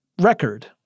record